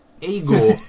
ego